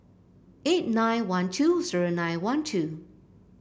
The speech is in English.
eight nine one two zero nine one two